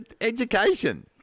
education